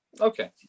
Okay